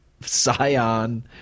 scion